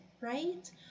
right